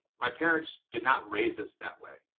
my parents did not raise us that way.